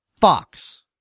Fox